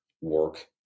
work